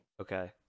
Okay